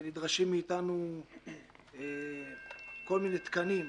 ונדרשים מאיתנו כל מיני תקנים.